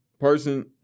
person